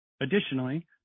Additionally